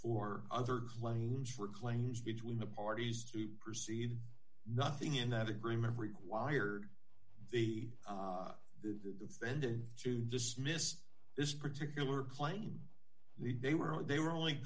for other claims for claims between the parties to proceed nothing in that agreement required the defendant to dismiss this particular claim the they were they were only